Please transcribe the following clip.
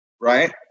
Right